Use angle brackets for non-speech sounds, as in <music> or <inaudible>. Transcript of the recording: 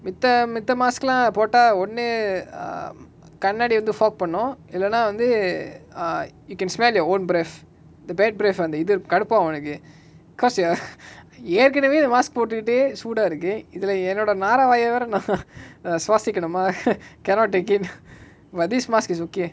mitha mitha mask lah போட்டா ஒன்னு:potaa onnu um கண்ணாடி வந்து:kannadi vanthu fork பன்னு இல்லனா வந்து:pannu illanaa vanthu err you can smell our own breath the bed breath வந்து அந்த இது இருக்கு கடுப்பாகு எனக்கு:vanthu antha ithu iruku kadupaaku enaku cause ya <noise> ஏர்கனவே இந்த:yerkanave intha mask போடுட்டு சூடா இருக்கு இதுல என்னோட நார வாய வேர நா:potutu sooda iruku ithula ennoda naara vaaya vera na <laughs> சுவாசிகனுமா:suvaasikanuma <laughs> cannot take it but this mask is okay